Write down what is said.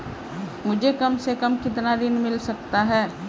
मुझे कम से कम कितना ऋण मिल सकता है?